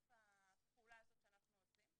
מתוקף הפעולה הזאת שאנחנו עושים.